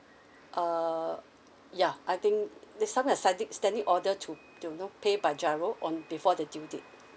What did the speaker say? uh ya I think there's setting aside standing order to you know pay by GIRO on before due date